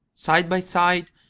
side by side,